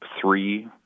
three